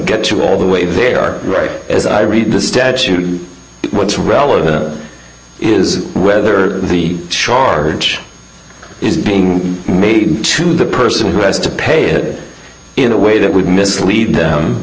get you all the way they are right as i read the statute what's relevant is whether the charge is being made to the person who has to pay it in a way that would mislead